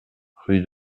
rue